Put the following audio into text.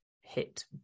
hit